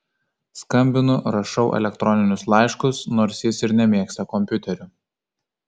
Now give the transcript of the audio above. skambinu rašau elektroninius laiškus nors jis ir nemėgsta kompiuterių